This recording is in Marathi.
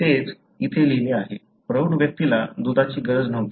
तेच इथे लिहिले आहे प्रौढ व्यक्तीला दुधाची गरज नव्हती